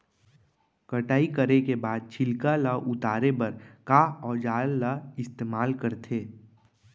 कटाई करे के बाद छिलका ल उतारे बर का औजार ल इस्तेमाल करथे?